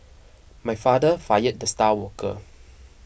my father fired the star worker